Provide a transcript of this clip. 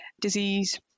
disease